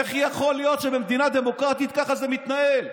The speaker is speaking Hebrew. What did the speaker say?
איך יכול להיות שבמדינה דמוקרטית ככה זה מתנהל?